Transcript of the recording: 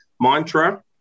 mantra